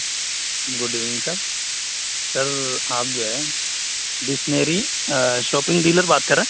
good evening sir sir آپ جو ہے ڈکشنری شاپنگ ڈیلر بات کر رہے